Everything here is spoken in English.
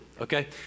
okay